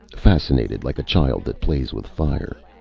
fascinated, like a child that plays with fire.